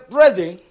ready